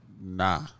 nah